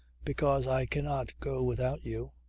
because i cannot go without you.